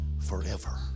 forever